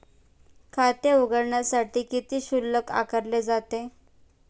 खाते उघडण्यासाठी किती शुल्क आकारले जाते?